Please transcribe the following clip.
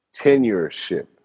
tenureship